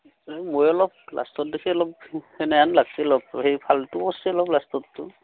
মই অলপ লাষ্টৰ দিশে অলপ সেনেহেন লাগিছে অলপ সেই ফাল্টু কৰিছে অলপ লাষ্টৰটো